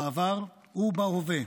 בעבר ובהווה,